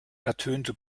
ertönte